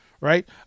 right